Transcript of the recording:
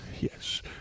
Yes